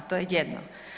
To je jedno.